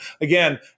again